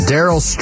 Daryl